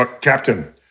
Captain